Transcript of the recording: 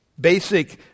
Basic